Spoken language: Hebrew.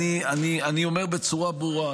אני אומר בצורה ברורה.